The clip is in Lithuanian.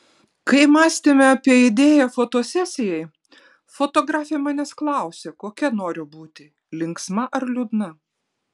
kai mąstėme apie idėją fotosesijai fotografė manęs klausė kokia noriu būti linksma ar liūdna